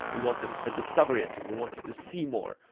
we want and a discovery engine. we want you to see more.